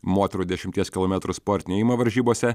moterų dešimties kilometrų sportinio ėjimo varžybose